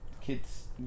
kids